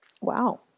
Wow